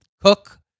Cook